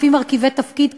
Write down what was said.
לפי מרכיבי תפקיד,